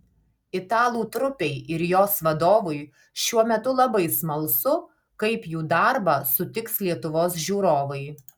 italų trupei ir jos vadovui šiuo metu labai smalsu kaip jų darbą sutiks lietuvos žiūrovai